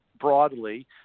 broadly